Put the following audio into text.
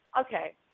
okay